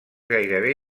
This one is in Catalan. gairebé